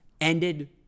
ended